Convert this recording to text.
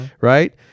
right